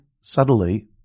subtly